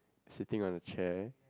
sitting on a chair